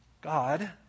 God